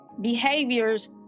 behaviors